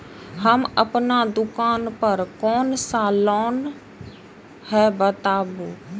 हम अपन दुकान पर कोन सा लोन हैं बताबू?